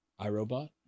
iRobot